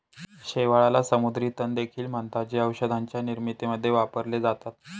शेवाळाला समुद्री तण देखील म्हणतात, जे औषधांच्या निर्मितीमध्ये वापरले जातात